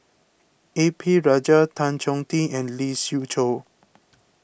A P Rajah Tan Chong Tee and Lee Siew Choh